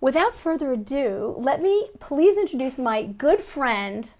without further ado let me please introduce my good friend